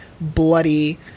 bloody